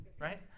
right